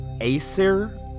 Acer